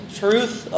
truth